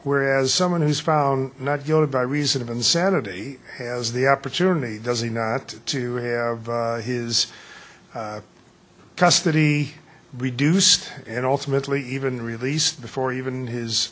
whereas someone who's found not guilty by reason of insanity has the opportunity does he not to have his custody reduced and also mentally even released before even his